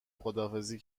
خداحافظی